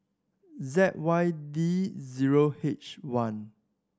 Z Y D zero H one